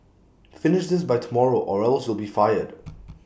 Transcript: finish this by tomorrow or else you'll be fired